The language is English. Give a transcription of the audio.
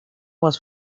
was